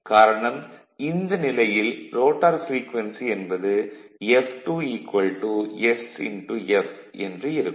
காரணம் இந்த நிலையில் ரோட்டார் ப்ரீக்வென்சி என்பது f2 s f என்று இருக்கும்